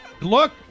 Look